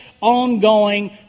ongoing